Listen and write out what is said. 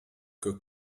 que